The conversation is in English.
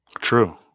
True